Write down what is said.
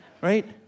right